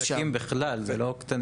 אין עסקים בכלל, זה לא קטנים.